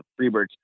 Freebirds